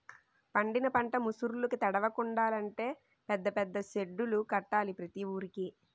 పండిన పంట ముసుర్లుకి తడవకుండలంటే పెద్ద పెద్ద సెడ్డులు కట్టాల ప్రతి వూరికి